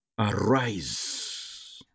Arise